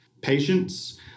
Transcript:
patients